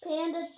panda